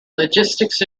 logistics